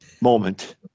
moment